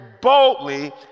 boldly